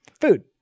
Food